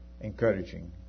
encouraging